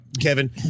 Kevin